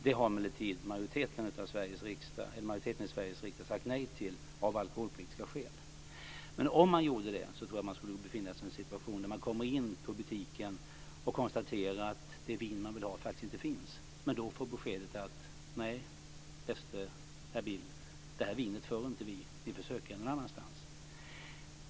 Det har emellertid majoriteten i Sveriges riksdag sagt nej till av alkoholpolitiska skäl. Om man införde en annan ordning tror jag att man skulle befinna sig i en situation där människor kommer in i butiken och konstaterar att det vin de vill ha faktiskt inte finns. Då ges beskedet: Nej, bäste herr Bill, det här vinet för inte vi, men försök gärna någon annanstans.